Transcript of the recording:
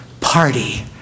party